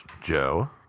Joe